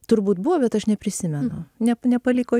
turbūt buvo bet aš neprisimenu nep nepaliko